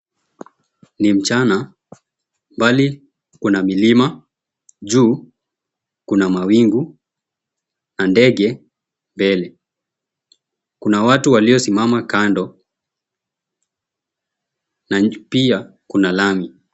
Ni mchana, mbali kuna milima, juu kuna mawingu na ndege mbele. Kuna watu waliosimama kando na pia kuna lami.